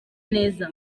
neza